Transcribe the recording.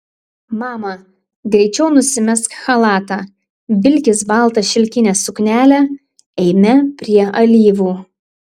mama greičiau nusimesk chalatą vilkis baltą šilkinę suknelę eime prie alyvų